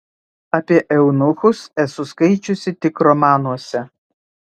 apie eunuchus esu skaičiusi tik romanuose